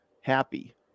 happy